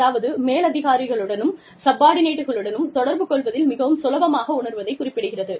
அதாவது மேலதிகாரிகளுடனும் சப்பார்டினேட்களுடனும் தொடர்பு கொள்வதில் மிகவும் சுலபமாக உணர்வதை குறிப்பிடுகிறது